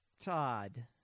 Todd